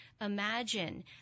imagine